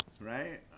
Right